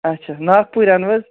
اچھا ناگپوٚرۍ اَنوٕحظ